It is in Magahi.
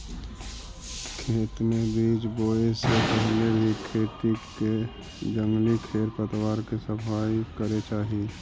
खेत में बीज बोए से पहले भी खेत के जंगली खेर पतवार के सफाई करे चाही